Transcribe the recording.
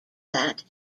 that